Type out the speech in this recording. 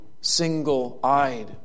single-eyed